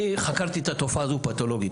אני חקרתי את התופעה הזאת פתולוגית.